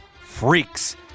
freaks